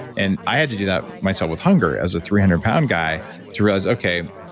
and i had to do that myself with hunger as a three hundred pound guy to realize, okay,